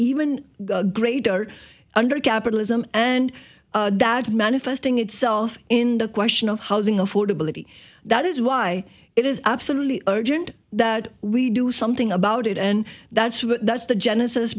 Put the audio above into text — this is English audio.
even greater under capitalism and that manifesting itself in the question of housing affordability that is why it is absolutely urgent that we do something about it and that's why that's the genesis